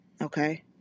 Okay